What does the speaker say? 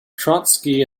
trotsky